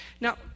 Now